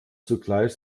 zugleich